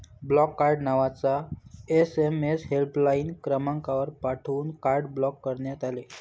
block card नावाचा SMS helpline क्रमांकावर पाठवून कार्ड ब्लॉक करण्यात आले